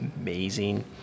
amazing